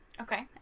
Okay